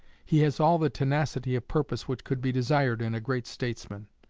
he has all the tenacity of purpose which could be desired in a great statesman.